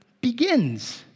begins